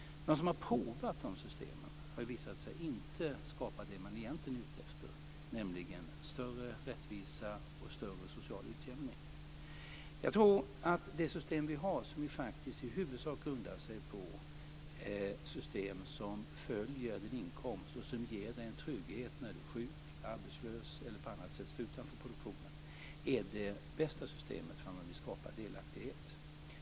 Där man har provat de systemen har det visat sig att de inte skapar det man egentligen är ute efter, nämligen större rättvisa och större social utjämning. Jag tror att det system vi har, som ju faktiskt i huvudsak grundar sig på ett system som följer inkomsten och ger en trygghet när man är sjuk, arbetslös eller på annat sätt står utanför produktionen, är det bästa systemet om man vill skapa delaktighet.